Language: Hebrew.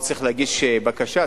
הוא צריך להגיש בקשה?